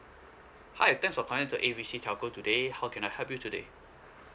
hi thanks for calling to A B C telco today how can I help you today